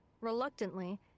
Reluctantly